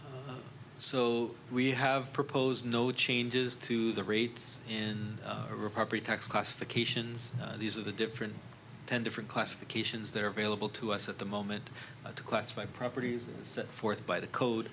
picture so we have proposed no changes to the rates in property tax classifications these are the different ten different classifications they're available to us at the moment to classify properties set forth by the code